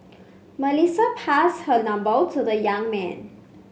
Melissa passed her number to the young man